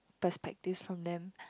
perspective from them